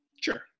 Sure